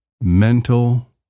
mental